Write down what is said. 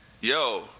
Yo